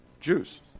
Jews